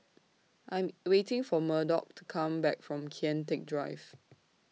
I'm waiting For Murdock to Come Back from Kian Teck Drive